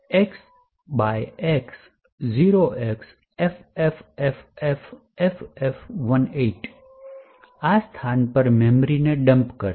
gdb x x 0xFFFFFF18 આ સ્થાન પર મેમરીને ડમ્પ કરશે